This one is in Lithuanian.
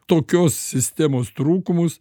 tokios sistemos trūkumus